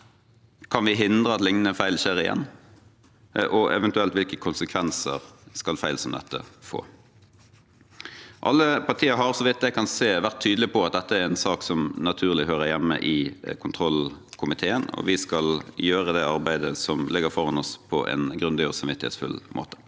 Kan vi hindre at liknende feil skjer igjen? Og eventuelt: Hvilke konsekvenser skal feil som dette få? Alle partier har, så vidt jeg kan se, vært tydelige på at dette er en sak som naturlig hører hjemme i kontrollkomiteen. Vi skal gjøre det arbeidet som ligger foran oss, på en grundig og samvittighetsfull måte.